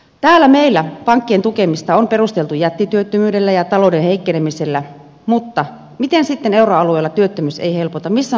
täällä meillä pankkien tukemista on perusteltu jättityöttömyydellä ja talouden heikkenemisellä mutta miten sitten euroalueella työttömyys ei helpota missä on euroalueen talouskasvu